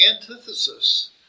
antithesis